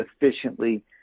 efficiently